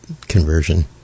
conversion